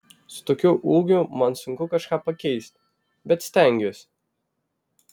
su tokiu ūgiu man sunku kažką pakeisti bet stengiuosi